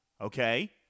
okay